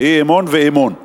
אי-אמון ואמון.